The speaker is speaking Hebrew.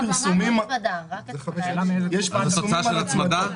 זאת רק תוצאה של הצמדה?